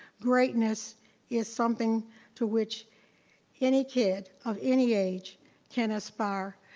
greatness is something to which any kid of any age can aspire.